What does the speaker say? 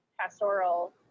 pastoral